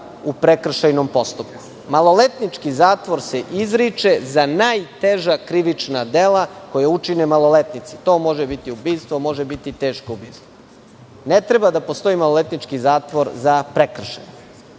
u prekršajnom postupku. Maloletnički zatvor se izriče za najteža krivična dela, koja učine maloletnici. To može biti ubistvo, može biti teško ubistvo. Ne treba da postoji maloletnički zatvor za prekršaje.